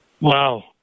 Wow